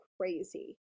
crazy